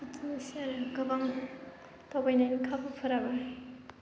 बिदिनोसै आरो गोबां दावबायनायनि खाबुफोराबो